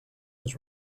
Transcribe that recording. was